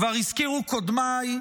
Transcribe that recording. כבר הזכירו קודמיי,